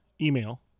email